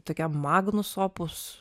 tokiam magnus opus